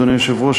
אדוני היושב-ראש,